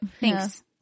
Thanks